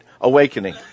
awakening